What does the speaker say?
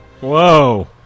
Whoa